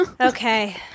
Okay